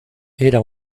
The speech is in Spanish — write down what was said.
era